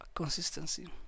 consistency